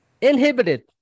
Inhibited